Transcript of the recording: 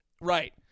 Right